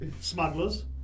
smugglers